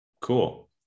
Cool